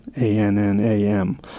A-N-N-A-M